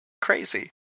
crazy